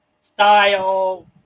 Style